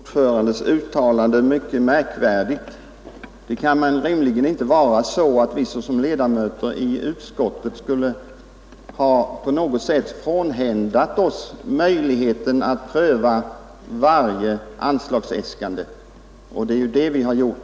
Herr talman! Jag finner finansutskottets ordförandes uttalande mycket märkvärdigt. Det kan rimligen inte vara så att vi som ledamöter i utskottet skulle ha frånhänt oss möjligheten att pröva varje anslagsäskande. Det är en sådan prövning som vi här gjort.